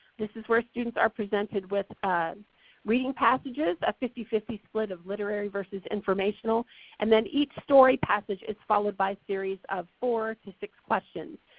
this is where students are presented with reading passages, a fifty fifty split of literary versus informational and then each story passage is followed by a series of four to six questions.